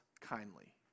kindly